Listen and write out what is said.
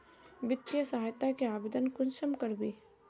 वित्तीय सहायता के आवेदन कुंसम करबे?